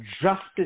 justice